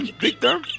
Victor